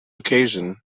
occasion